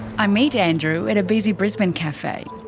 i meet andrew at a busy brisbane cafe.